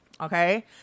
Okay